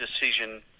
decision